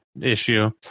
issue